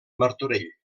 martorell